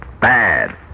Bad